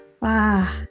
Wow